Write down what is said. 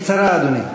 בקצרה, אדוני.